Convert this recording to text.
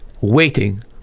waiting